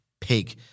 pig